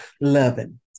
loving